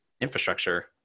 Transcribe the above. infrastructure